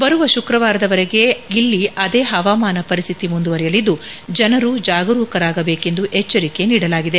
ಬರುವ ಶುಕ್ರವಾರದವರೆಗೆ ಅಲ್ಲಿ ಇದೇ ಹವಾಮಾನ ಪರಿಸ್ತಿತಿ ಮುಂದುವರಿಯಲಿದ್ದು ಜನರು ಜಾಗರೂಕರಾಗಿರಬೇಕೆಂದು ಎಚ್ಚರಿಕೆ ನೀಡಲಾಗಿದೆ